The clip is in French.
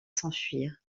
s’enfuir